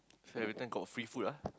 so everytime got free food ah